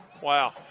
Wow